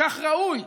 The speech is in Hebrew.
וכך ראוי,